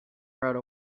rode